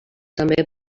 també